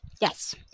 Yes